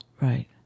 Right